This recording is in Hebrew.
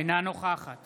אינה נוכחת